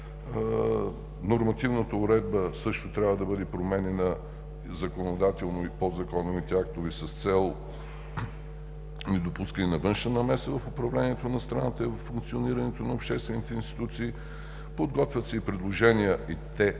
Нормативната уредба също трябва да бъде променяна законодателно и подзаконовите актове с цел недопускане на външна намеса в управлението на страната и във функционирането на обществените институции. Подготвят се и предложения и те